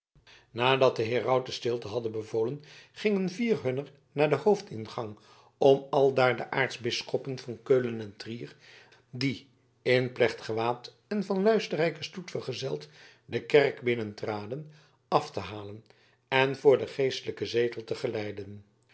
nadat de herauten stilte hadden bevolen gingen vier hunner naar den hoofdingang om aldaar de aartsbisschoppen van keulen en van trier die in plechtgewaad en van een luisterrijken stoet vergezeld de kerk binnentraden af te halen en voor den grafelijken zetel te geleiden